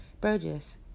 Burgess